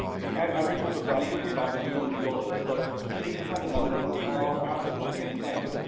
the average order value was about two hundred dollars. so these kind of numbers are absolutely insane.